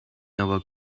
never